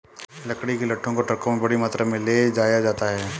लकड़ी के लट्ठों को ट्रकों में बड़ी मात्रा में ले जाया जाता है